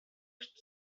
most